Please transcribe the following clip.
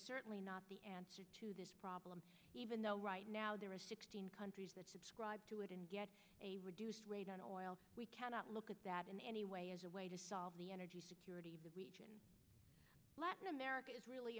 certainly not the answer to this problem even though right now there are sixteen countries that subscribe to it and get a reduced rate on oil we cannot look at that in any way as a way to solve the energy security of the region latin america is really